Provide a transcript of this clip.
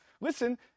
listen